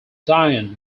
diane